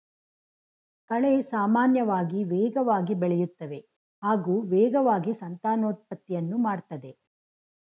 ಕಳೆ ಸಾಮಾನ್ಯವಾಗಿ ವೇಗವಾಗಿ ಬೆಳೆಯುತ್ತವೆ ಹಾಗೂ ವೇಗವಾಗಿ ಸಂತಾನೋತ್ಪತ್ತಿಯನ್ನು ಮಾಡ್ತದೆ